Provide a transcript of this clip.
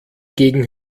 gegen